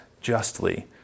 justly